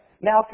...now